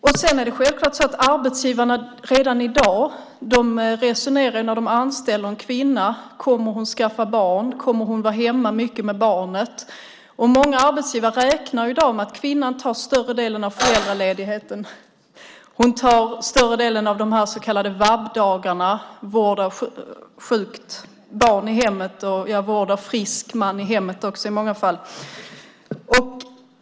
Arbetsgivarna resonerar självklart redan i dag när de anställer en kvinna och undrar om hon kommer att skaffa barn och vara hemma mycket med barnet. Många arbetsgivare räknar också i dag med att kvinnan tar större delen av föräldraledigheten och en större del av de så kallade VAB-dagarna, alltså vård av sjukt barn i hemmet - och vård av frisk man i hemmet också i många fall.